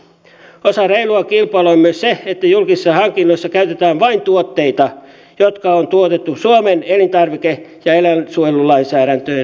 osa reilua kilpailua on myös se että julkisissa hankinnoissa käytetään vain tuotteita jotka on tuotettu suomen elintarvike ja eläinsuojelulainsäädäntöjen mukaan